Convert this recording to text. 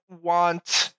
want